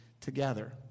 together